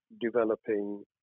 developing